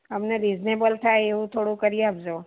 અમને રિઝનેબલ થાય એવું થોડુંક કરી આપજો